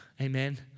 Amen